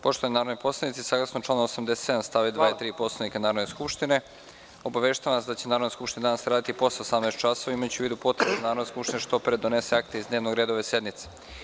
Poštovani narodni poslanici, saglasno članu 87. st. 2. i 3. Poslovnika Narodne skupštine obaveštavam vas da će Narodna skupština danas raditi posle 18,00 časova imajući u vidu da Narodna skupština što pre donese akte iz dnevnog reda ove sednice.